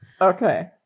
Okay